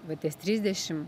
va ties trisdešim